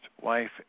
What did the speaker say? wife